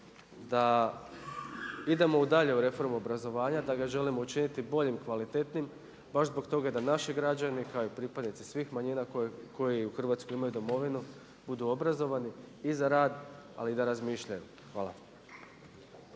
da idemo dalje u reformu obrazovanja, da ga želimo učiniti bolji i kvalitetnijim baš zbog toga da naši građani kao i pripadnici svih manjina koji u Hrvatskoj imaju domovinu budu obrazovani i za rad, ali i da razmišljaju. Hvala.